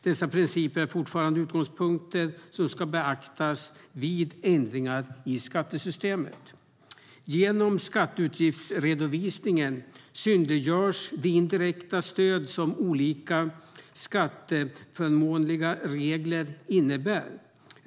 Dessa principer är fortfarande utgångspunkter som ska beaktas vid ändringar i skattesystemet. Genom skatteutgiftsredovisningen synliggörs de indirekta stöd som olika skatteförmånliga regler innebär.